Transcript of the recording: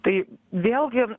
tai vėlgi